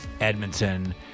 Edmonton